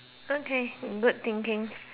okay good thinking